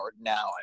Now